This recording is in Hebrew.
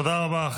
תודה רבה.